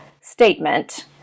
statement